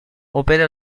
opera